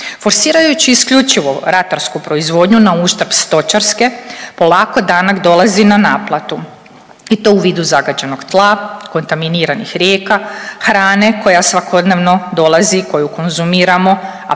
Forsirajući isključivo ratarsku proizvodnju na uštrb stočarske polako danak dolazi na naplatu i to u vidu zagađenog tla, kontaminiranih rijeka, hrane koja svakodnevno dolazi, koju konzumiramo a